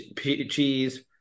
cheese